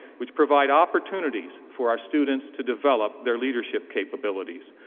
which provide opportunities for our students to develop their leadership capabilities.